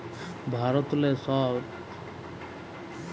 ভারতেললে ছব পশুপালক চাষীদের জ্যনহে সরকার থ্যাকে কেরডিট দেওয়া হ্যয়